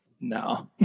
no